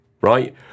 right